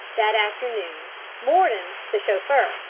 that afternoon mordon the chauffeur,